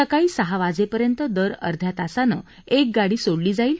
सकाळी सहावाजेपर्यंत दर अर्ध्या तासानं एक गाडी सोडली जाईल